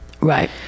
Right